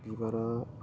बिबारा